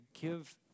give